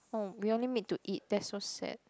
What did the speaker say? oh we only meet to eat that's so sad